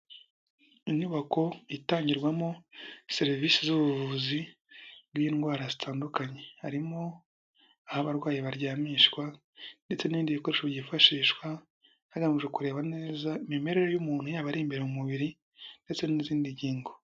Inyubako itangirwamo serivise z'ubuvuzi bw'indwara zitandukanye, harimo aho abarwayi baryamishwa ndetse n'ibindi bikoresho byifashishwa hagamijwe kureba neza imimerere y'umuntu, yaba ari imbere mu mubiri ndetse n'izindi ngingo.